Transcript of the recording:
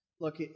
look